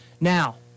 Now